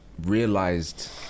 realized